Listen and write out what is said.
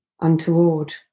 untoward